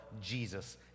Jesus